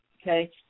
okay